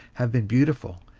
have been beautiful,